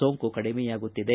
ಸೋಂಕು ಕಡಿಮೆಯಾಗುತ್ತಿದೆ